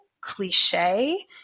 cliche